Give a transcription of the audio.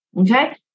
Okay